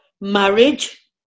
marriage